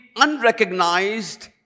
unrecognized